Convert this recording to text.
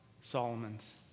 Solomon's